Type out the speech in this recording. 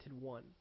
one